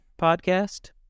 podcast